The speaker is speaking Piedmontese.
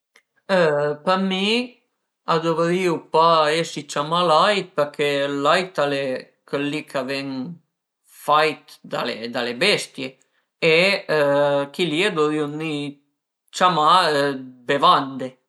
Për mi a duvrìu pa esi ciamà lait përché ël lait al e chël li ch'a ven fait da le bestie e chi li a duvrìu veni ciamà bevande